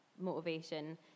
Motivation